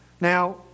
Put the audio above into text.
Now